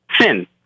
sin